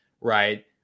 right